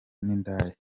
n’indaya